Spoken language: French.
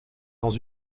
dans